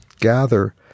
gather